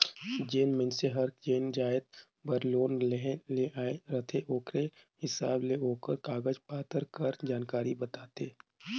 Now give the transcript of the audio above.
जेन मइनसे हर जेन जाएत बर लोन लेहे ले आए रहथे ओकरे हिसाब ले ओकर कागज पाथर कर जानकारी बताथे